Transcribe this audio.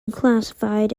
classified